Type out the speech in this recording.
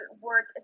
work